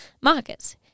markets